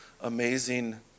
amazing